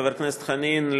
חבר הכנסת חנין,